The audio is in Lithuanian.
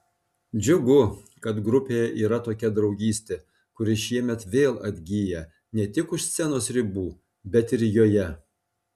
džiugu kad grupėje yra tokia draugystė kuri šiemet vėl atgyja ne tik už scenos ribų bet ir joje